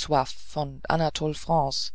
von an france